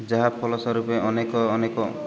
ଯାହା ଫଳ ସ୍ୱରୂପ ଅନେକ ଅନେକ